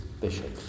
Bishop